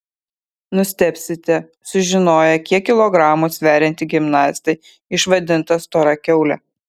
nustebsite sužinoję kiek kilogramų sverianti gimnastė išvadinta stora kiaule